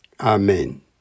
Amen